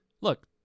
look